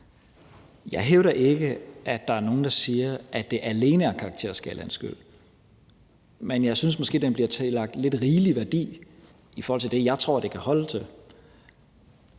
Jeg hævder ikke, at der er nogen, der siger, at det alene er karakterskalaens skyld, men jeg synes måske, den bliver tillagt lidt rigelig værdi i forhold til det, jeg tror det kan holde til.